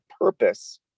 purpose